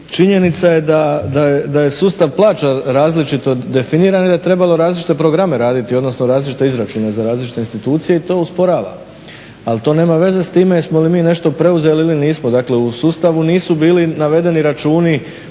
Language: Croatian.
činjenica je da sustav plaća različito definirano da je trebalo različite programe raditi odnosno različite izračune za različite institucije i to usporava. Ali to nema veze s time jesmo li mi nešto preuzeli ili nismo, dakle u sustavu nisu bili navedeni računi,